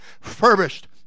furbished